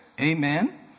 Amen